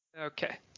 Okay